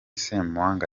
ssemwanga